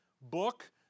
book